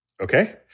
Okay